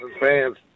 fans